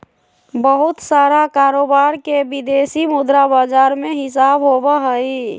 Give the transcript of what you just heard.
बहुत सारा कारोबार के विदेशी मुद्रा बाजार में हिसाब होबा हई